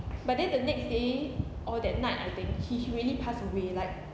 but then the next day or that night I think he really passed away like